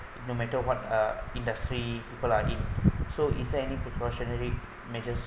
no matter what uh industry people are in so is there any precautionary measures